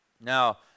Now